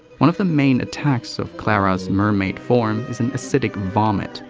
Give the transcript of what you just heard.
one of the main attacks of clara's mermaid form is an acidic vomit,